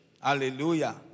Hallelujah